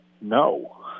no